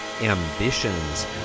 ambitions